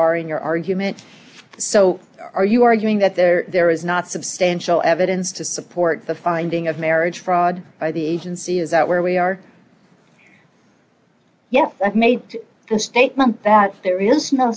are in your argument so are you arguing that there there is not substantial evidence to support the finding of marriage fraud by the agency is that where we are yes that made the statement that there is no